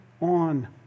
on